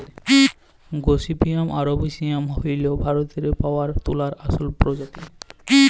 gossypium arboreum হ্যইল ভারতেল্লে পাউয়া তুলার আসল পরজাতি